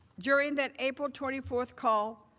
during that april twenty four call,